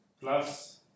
plus